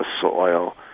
soil